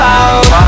out